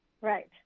Right